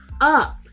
up